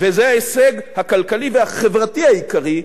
וזה ההישג הכלכלי והחברתי העיקרי,